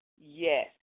yes